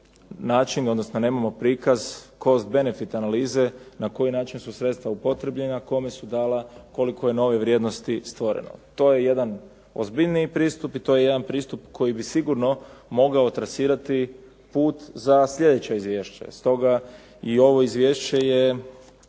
način odnosno nemamo prikaz cost benefit analize, na koji način su sredstva upotrijebljena, kome su dala, koliko je nove vrijednosti stvoreno. To je jedan ozbiljniji pristup i to je jedan pristup koji bi sigurno mogao trasirati put za sljedeća izvješća. Stoga i ovo izvješće je